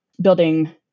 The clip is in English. building